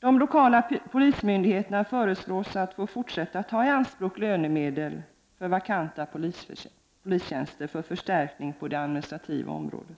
De lokala polismyndigheterna föreslås få fortsätta att ta i anspråk lönemedel för vakanta polistjänster för förstärkning på det administrativa området.